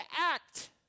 act